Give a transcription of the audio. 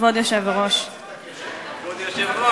כבוד היושב-ראש,